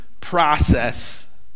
process